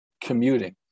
commuting